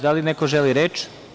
Da li neko želi reč?